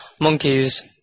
monkeys